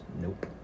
nope